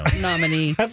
nominee